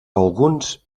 alguns